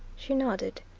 she nodded.